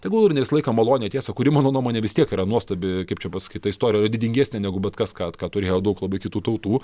tegul ir ne visą laiką malonią tiesą kuri mano nuomone vis tiek yra nuostabi kaip čia pasakyta istorijoj didingesnė negu bet kas ką ką turėjo daug labiau kitų tautų